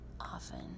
Often